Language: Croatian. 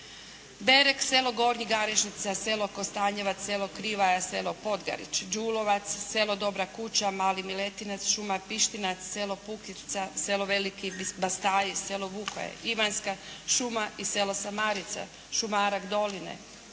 Derek, selo Gornja Garešnica, selo Kostanjevac, selo Krivaja, selo Podgarič, Đulovac, selo Dobra Kuća, Mali Miletinec, šuma Pištinac, selo …/Govornik se ne razumije./…, selo Veliki Bastaji, selo …/Govornik se ne razumije./… Ivanjska, šuma i selo Samarica, šumarak Doline,